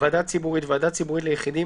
"ועדה ציבורית" ועדה ציבורית ליחידים,